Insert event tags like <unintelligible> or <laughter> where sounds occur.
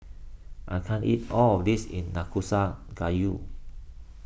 I can't eat all of this in <unintelligible> Gayu